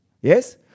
yes